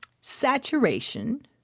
saturation